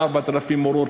4,000 מורות,